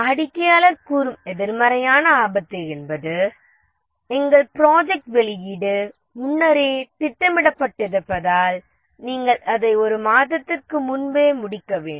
வாடிக்கையாளர் கூறும் எதிர்மறையான ஆபத்து என்பது எங்கள் ப்ராஜெக்ட் வெளியீடு முன்னரே திட்டமிடப்பட்டிருப்பதால் நீங்கள் அதை ஒரு மாதத்திற்கு முன்பே முடிக்க வேண்டும்